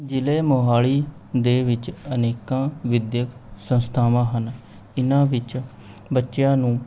ਜ਼ਿਲ੍ਹੇ ਮੋਹਾਲੀ ਦੇ ਵਿੱਚ ਅਨੇਕਾਂ ਵਿੱਦਿਅਕ ਸੰਸਥਾਵਾਂ ਹਨ ਇਹਨਾਂ ਵਿੱਚ ਬੱਚਿਆਂ ਨੂੰ